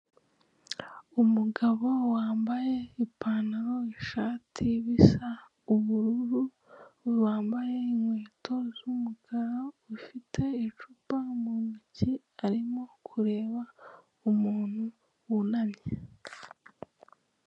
Umugabo wambaye ipantaro, ishati bisa ubururu, wambaye inkweto z'umukara, ufite icupa mu ntoki, arimo kureba umuntu wunamye.